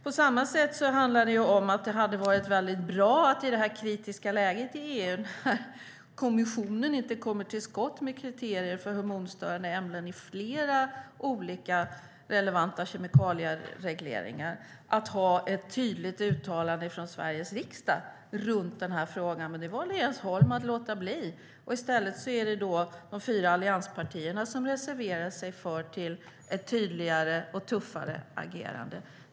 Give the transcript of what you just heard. På samma sätt hade det varit väldigt bra att i detta kritiska läge i EU - när kommissionen inte kommer till skott med kriterier för hormonstörande ämnen i flera olika relevanta kemikalieregleringar - ha ett tydligt uttalande från Sveriges riksdag i den här frågan. Men det valde Jens Holm att låta bli att stödja, och i stället är det de fyra allianspartierna som reserverar sig för ett tydligare och tuffare agerande.